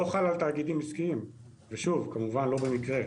לא חל על תאגידים עסקיים ושוב, כמובן לא במקרה.